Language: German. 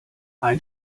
ein